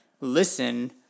listen